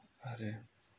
आरो